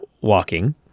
walking